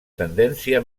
tendència